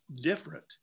different